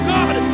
God